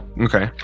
Okay